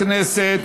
חברי הכנסת.